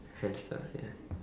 hamster ya